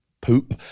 poop